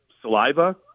saliva